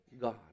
God